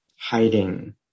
Hiding